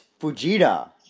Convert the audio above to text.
fujita